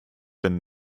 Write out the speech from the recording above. been